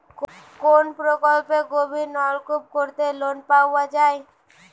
কোন প্রকল্পে গভির নলকুপ করতে লোন পাওয়া য়ায়?